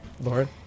Lauren